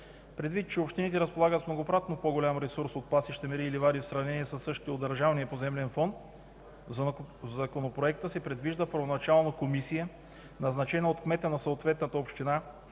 Предвид, че общините разполагат с многократно по-голям ресурс от пасища, мери и ливади в сравнение със същите от Държавния поземлен фонд, в законопроекта се предвижда първоначална комисия, назначена от кмета на съответната община,